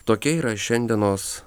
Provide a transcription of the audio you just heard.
tokia yra šiandienos